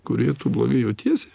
kurie tu blogai jautiesi